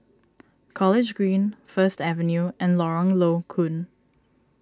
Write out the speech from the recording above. College Green First Avenue and Lorong Low Koon